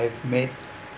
I've made